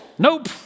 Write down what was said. Nope